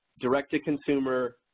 direct-to-consumer